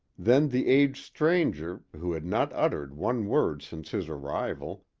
then the aged stranger, who had not uttered one word since his arrival,